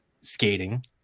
skating